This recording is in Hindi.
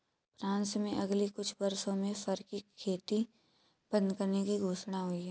फ्रांस में अगले कुछ वर्षों में फर की खेती बंद करने की घोषणा हुई है